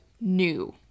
new